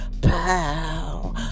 Pow